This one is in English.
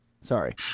Sorry